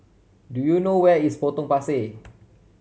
do you know where is Potong Pasir